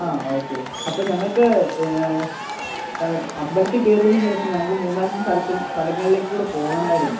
ആ ഓക്കെ അപ്പം ഞങ്ങൾക്ക് അമ്പലത്തിൽ കേറിയതിന് ശേഷം ഞങ്ങൾക്ക് മൂന്നാലഞ്ച് സ്ഥലത്തിം സ്ഥലങ്ങളിലേക്കും കൂടെ പോകണമായിരുന്നു